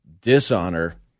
dishonor